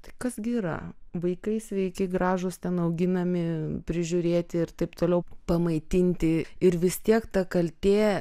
tai kas gi yra vaikai sveiki gražūs ten auginami prižiūrėti ir taip toliau pamaitinti ir vis tiek ta kaltė